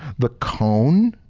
the cone,